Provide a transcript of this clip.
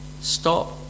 stop